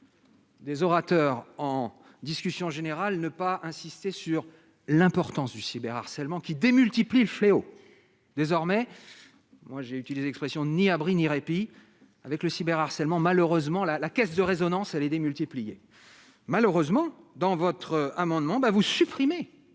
Des orateurs en discussion générale ne pas insister sur l'importance du cyber harcèlement qui démultiplie le fléau désormais, moi j'ai utilisé l'expression ni abri ni répit avec le cyber harcèlement malheureusement la la caisse de résonance allez démultiplier, malheureusement dans votre amendement va vous supprimer,